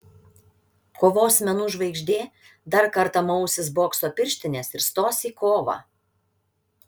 kovos menų žvaigždė dar kartą mausis bokso pirštines ir stos į kovą